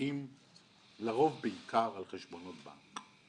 לרוב בעיקר על חשבונות בנק.